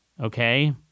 Okay